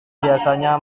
biasanya